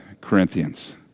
Corinthians